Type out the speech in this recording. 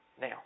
Now